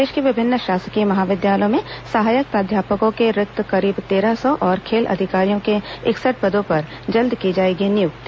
प्रदेश के विभिन्न शासकीय महाविद्यालयों में सहायक प्राध्यापकों के रिक्त करीब तेरह सौ और खेल अधिकारियों के इकसठ पदों पर जल्द की जाएगी नियुक्ति